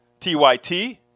TYT